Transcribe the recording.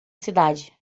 cidade